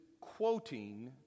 quoting